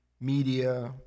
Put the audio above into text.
media